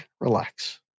relax